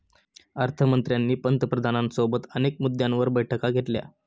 अर्थ मंत्र्यांनी पंतप्रधानांसोबत अनेक मुद्द्यांवर बैठका घेतल्या